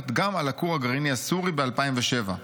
גם על הכור הגרעיני הסורי ב-2007);